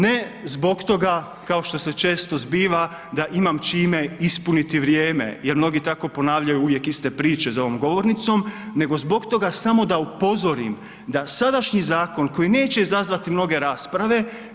Ne zbog toga kao što se često zbiva da imam čime ispuniti vrijeme jer mnogi tako ponavljaju uvijek iste priče za ovom govornicom, nego zbog toga samo da upozorim da sadašnji zakon koji neće izazvati mnoge rasprave.